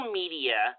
media –